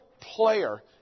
player